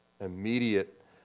immediate